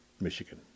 Michigan